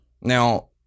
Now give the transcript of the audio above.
now